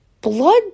blood